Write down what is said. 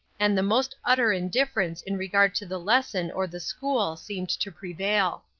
and the most utter indifference in regard to the lesson or the school seemed to prevail.